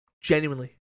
Genuinely